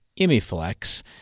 imiflex